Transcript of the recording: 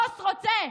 הבוס רוצה,